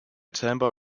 tamper